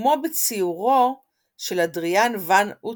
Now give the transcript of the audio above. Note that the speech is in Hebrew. כמו בציורו של אדריאן ואן אוטרכט,